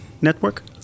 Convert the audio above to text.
network